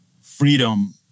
freedom